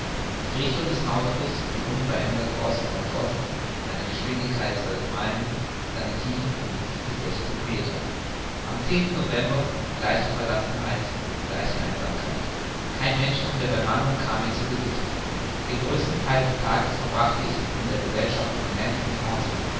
die richtung des nautilus blieb unverändert ost nord ost seine geschwindigkeit zwölf meilen seine tiefe fünfzig bis sechzig meter am november gleiche verlassenheit gleiche einsamkeit kein mensch von der bemannung kam mir zu gesicht den größten theil des tages verbrachte ich in gesellschaft von ned und